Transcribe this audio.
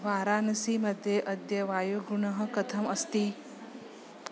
वाराणसी मध्ये अद्य वायुगुणः कथम् अस्ति